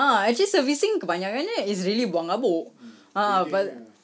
ah actually servicing kebanyakannya is really buang habuk